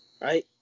right